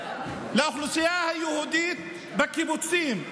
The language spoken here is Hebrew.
לאוכלוסייה היהודית בקיבוצים,